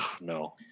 No